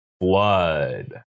Blood